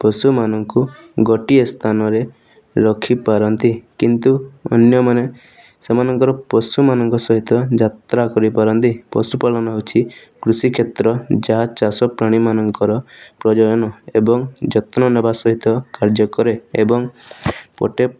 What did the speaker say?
ପଶୁମାନଙ୍କୁ ଗୋଟିଏ ସ୍ଥାନରେ ରଖିପାରନ୍ତି କିନ୍ତୁ ଅନ୍ୟମାନେ ସେମାନଙ୍କର ପଶୁମାନଙ୍କ ସହିତ ଯାତ୍ରା କରିପାରନ୍ତି ପଶୁପାଳନ ହେଉଛି କୃଷିକ୍ଷେତ୍ର ଯା ଚାଷ ପ୍ରାଣୀ ମାନଙ୍କର ଏବଂ ଯତ୍ନ ନେବା ସହିତ କାର୍ଯ୍ୟ କରେ ଏବଂ ଗୋଟେ